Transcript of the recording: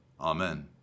Amen